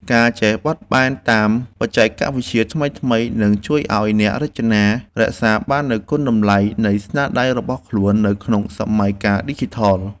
ការចេះបត់បែនតាមបច្ចេកវិទ្យាថ្មីៗនឹងជួយឱ្យអ្នករចនារក្សាបាននូវគុណតម្លៃនៃស្នាដៃរបស់ខ្លួននៅក្នុងសម័យកាលឌីជីថល។